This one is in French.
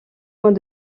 mois